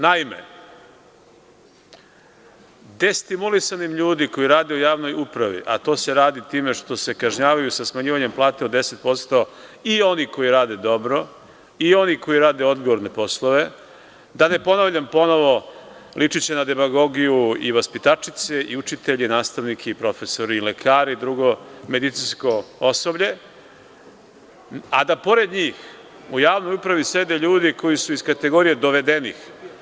Naime, destimulisani ljudi koji rade u javnoj upravi, a to se radi time što se kažnjavaju sa smanjivanjem plata od 10% i oni koji rade dobro, i oni koji rade odgovorne poslove, da ne ponavljam ponovo, ličiće na demagogiju i vaspitačice i učitelji, nastavnike i profesore, i lekare i drugo medicinsko osoblje, a da pored njih u javnoj upravi sede ljudi koji su iz kategorije dovedenih.